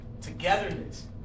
togetherness